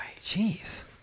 Jeez